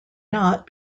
not